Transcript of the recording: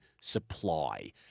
supply